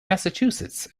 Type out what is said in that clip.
massachusetts